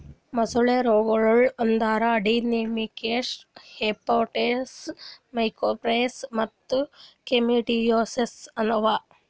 ಮೊಸಳೆ ರೋಗಗೊಳ್ ಅಂದುರ್ ಅಡೆನೊವೈರಲ್ ಹೆಪಟೈಟಿಸ್, ಮೈಕೋಪ್ಲಾಸ್ಮಾಸಿಸ್ ಮತ್ತ್ ಕ್ಲಮೈಡಿಯೋಸಿಸ್ನಂತಹ ಅವಾ